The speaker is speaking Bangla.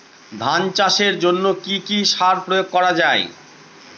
ধান চাষের জন্য কি কি সার প্রয়োগ করা য়ায়?